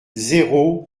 zéro